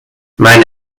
mein